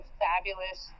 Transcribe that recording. fabulous